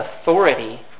authority